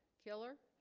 killer